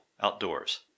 outdoors